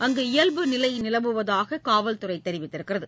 அங்கு இயல்பு நிலை நிலவுவதாக காவல்துறை தெரிவித்துள்ளது